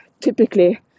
typically